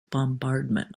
bombardment